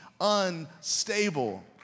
unstable